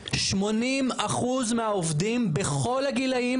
80% מהעובדים בכל הגילאים,